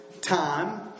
time